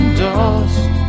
dust